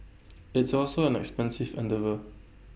it's also an expensive endeavour